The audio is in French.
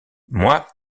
moi